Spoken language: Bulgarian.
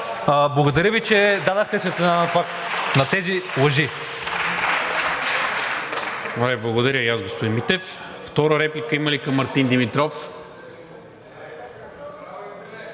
Благодаря Ви, че дадохте светлина на тези лъжи.